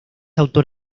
autor